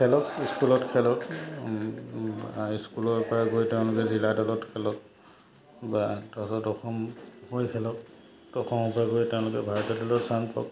খেলক স্কুলত খেলক স্কুলৰ পৰা গৈ তেওঁলোকে জিলাৰ দলত খেলক বা তাৰপাছত অসম হৈ খেলক অসমৰ পৰা গৈ তেওঁলোকে ভাৰতীয় দলত স্থান পাওক